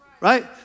Right